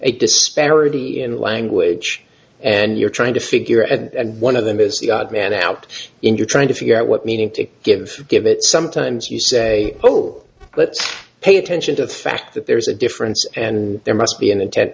a disparity in language and you're trying to figure and one of them is the odd man out in your trying to figure out what meaning to give give it sometimes you say oh but pay attention to the fact that there is a difference and there must be an